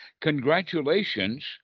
congratulations